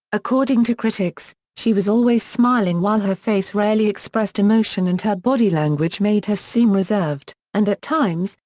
according to critics, she was always smiling while her face rarely expressed emotion and her body language made her seem reserved, and at times,